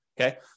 Okay